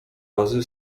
razy